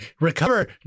recover